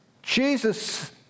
Jesus